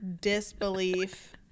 disbelief